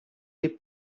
des